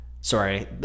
sorry